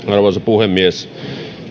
arvoisa puhemies